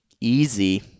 easy